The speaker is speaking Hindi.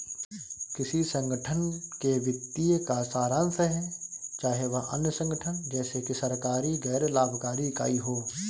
किसी संगठन के वित्तीय का सारांश है चाहे वह अन्य संगठन जैसे कि सरकारी गैर लाभकारी इकाई हो